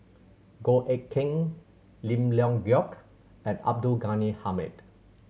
Goh Eck Kheng Lim Leong Geok and Abdul Ghani Hamid